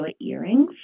earrings